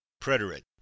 Preterite